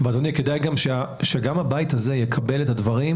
אדוני, כדאי שגם הבית הזה יקבל את הדברים